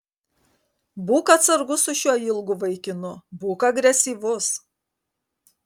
būk atsargus su šiuo ilgu vaikinu būk agresyvus